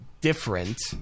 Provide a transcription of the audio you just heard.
different